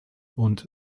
und